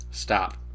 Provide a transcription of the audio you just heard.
stop